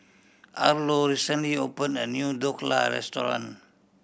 Arlo recently opened a new Dhokla Restaurant